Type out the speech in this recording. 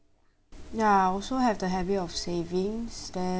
ya also have the habit of savings that